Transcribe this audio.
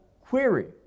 query